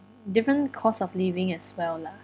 different cost of living as well lah